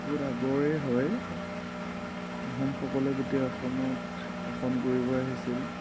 বহুত আগৰে হয় আহোমসকলে যেতিয়া অসমত শাসন কৰিব আহিছিল